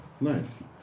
nice